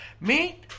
meet